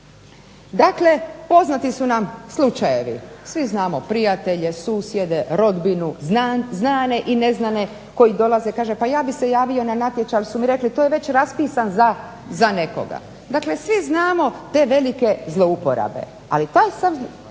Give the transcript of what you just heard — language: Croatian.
Dakle poznati su nam slučajevi, svi znamo prijatelje, susjede, rodbinu, znane i neznane koji dolaze, kaže ja bi se javio na natječaj ali su mi rekli to je već raspisan za nekoga. Dakle svi znamo te velike zlouporabe ali taj sam